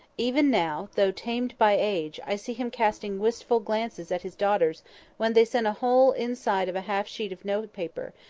even now, though tamed by age, i see him casting wistful glances at his daughters when they send a whole inside of a half-sheet of note paper,